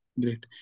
Great